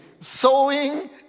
Sowing